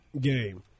game